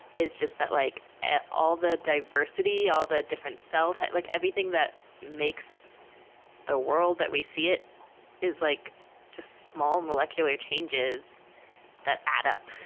is just that like all the diversity, all the different cells, like everything that makes the world that we see, it is like just small, molecular changes that add up.